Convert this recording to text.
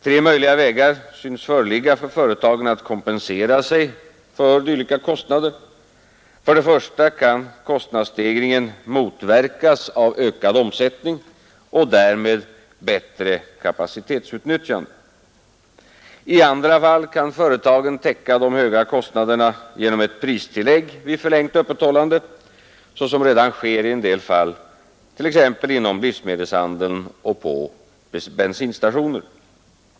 Tre möjliga vägar synes föreligga för företagen att kompensera sig för dylika kostnader. För det första kan kostnadsstegringen motverkas av ökad omsättning och därmed bättre kapacitetsutnyttjande. I andra fall kan företagen täcka de höga kostnaderna genom ett pristillägg vid förlängt öppethållande såsom redan sker i en del fall, exempelvis inom livsmedelshandeln och på bensinstationer.